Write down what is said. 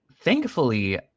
thankfully